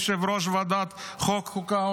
יושב-ראש ועדת חוקה,